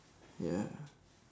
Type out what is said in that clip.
ya